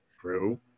true